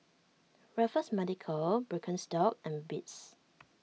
Raffles Medical Birkenstock and Beats